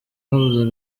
habuze